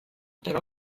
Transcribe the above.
però